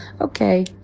Okay